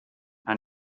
are